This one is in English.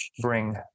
bring